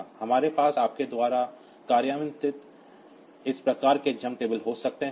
तो हमारे पास आपके द्वारा कार्यान्वित इस प्रकार के जंप टेबल हो सकते हैं